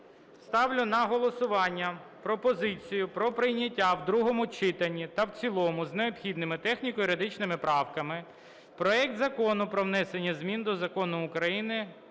Ставлю на голосування пропозицію про прийняття в другому читанні та в цілому з необхідними техніко-юридичними правками проект Закону про внесення змін до Закону України